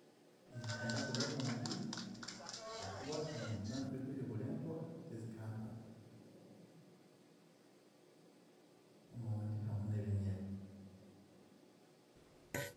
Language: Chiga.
Ninkunda kurya emondi, hakuba emondi naazirya obwire burengwa, tizikantama. Emondi hamwe n'ebinyeebwa.